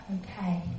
Okay